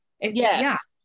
yes